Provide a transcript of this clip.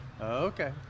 Okay